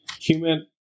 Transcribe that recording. Human